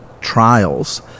trials